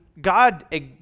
God